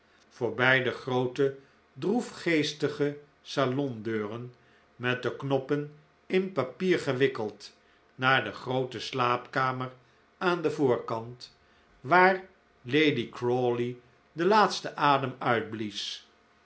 voorbij degroote droefgeestige salon deuren met de knoppen in papier gewikkeld naar de groote slaapkamer aan den voorkant waar lady geldstuk ter waarde van l i stuiver crawley den laatsten adem uitblies